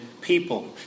people